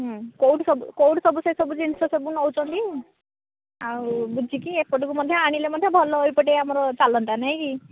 ହୁଁ କେଉଁଠୁ ସବୁ କେଉଁଠୁ ସବୁ ସେସବୁ ଜିନିଷ ସବୁ ନେଉଛନ୍ତି ଆଉ ବୁଝିକି ଏପଟକୁ ମଧ୍ୟ ଆଣିଲେ ମଧ୍ୟ ଭଲ ଏହିପଟେ ଆମର ଚାଲନ୍ତା ନାହିଁକି